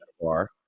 bar